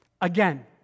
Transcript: Again